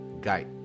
guide